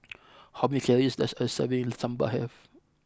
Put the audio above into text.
how many calories does a serving of Sambar have